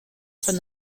from